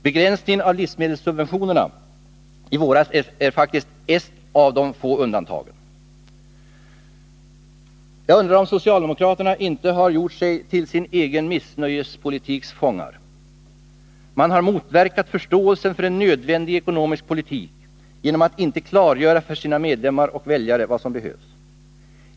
Begränsningen av livsmedelssubventionerna i våras är faktiskt ett av de få undantagen. Jag undrar om inte socialdemokratin har gjort sig till sin egen missnöjespolitiks fångar. Man har motverkat förståelsen för en nödvändig ekonomisk politik genom att inte klargöra för sina medlemmar och väljare vad som behövs.